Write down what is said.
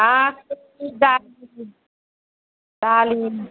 आतसु बालुन